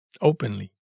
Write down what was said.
Openly